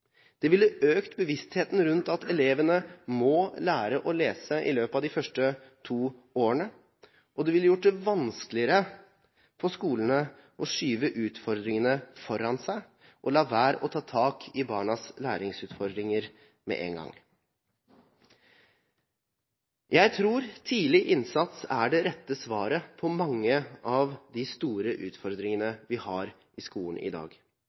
Det ville økt bevisstheten rundt at elevene må lære å lese i løpet av de første to årene, og det ville gjort det vanskeligere for skolene å skyve utfordringene foran seg og la være å ta tak i barnas læringsutfordringer med en gang. Jeg tror tidlig innsats er det rette svaret på mange av de store utfordringene vi har i skolen i dag,